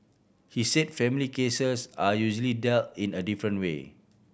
he said family cases are usually dealt in a different way